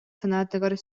санаатыгар